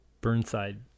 Burnside